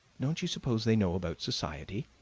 don't you suppose they know about society?